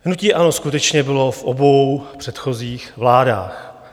Hnutí ANO skutečně bylo v obou předchozích vládách.